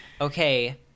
Okay